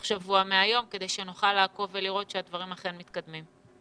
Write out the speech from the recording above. שבוע מהיום כדי שנוכל לעקוב ולראות שהדברים אכן מתקדמים.